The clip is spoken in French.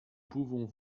pouvons